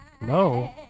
no